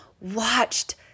watched